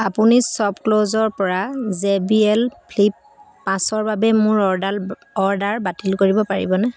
আপুনি শ্বপক্লুজৰ পৰা জে বি এল ফ্লিপ পাঁচৰ বাবে মোৰ অৰ্ডাল অৰ্ডাৰ বাতিল কৰিব পাৰিবনে